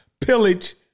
pillage